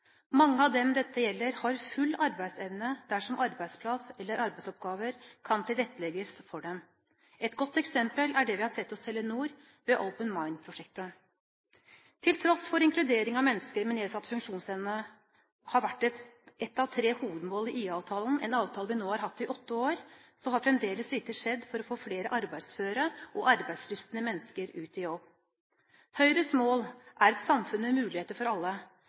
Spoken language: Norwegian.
Mange av dem dette gjelder, har full arbeidsevne dersom arbeidsplass eller arbeidsoppgaver kan tilrettelegges for dem. Et godt eksempel er det vi har sett hos Telenor, ved Open Mind-prosjektet. Til tross for at inkludering av mennesker med nedsatt funksjonsevne har vært ett av tre hovedmål i IA-avtalen – en avtale vi nå har hatt i åtte år – har fremdeles lite skjedd for å få flere arbeidsføre og arbeidslystne mennesker ut i jobb. Høyres mål er et samfunn med muligheter for alle,